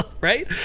right